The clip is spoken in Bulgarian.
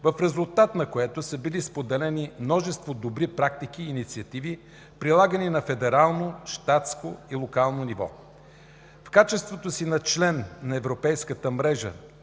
в резултат на което са били споделени множество добри практики и инициативи, прилагани на федерално, щатско и локално ниво. В качеството си на член на Европейската мрежа